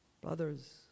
Brothers